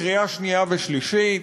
לקריאה שנייה ושלישית.